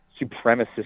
supremacist